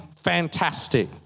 fantastic